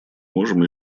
можем